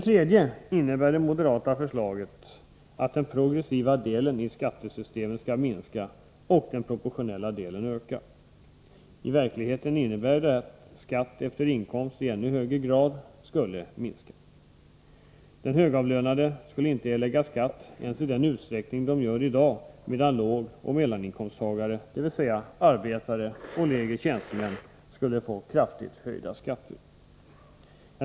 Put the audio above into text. Vidare innebär det moderata förslaget att den progressiva delen i skattesystemet skall minska och att den proportionella delen skall öka. I verkligheten innebär det att skatten efter inkomst i ännu högre grad skulle minska. De högavlönade skulle inte erlägga skatt ens i den utsträckning de i dag gör, medan lågoch medelinkomsttagare — dvs. arbetare och lägre tjänstemän — skulle få kraftigt höjda skatter.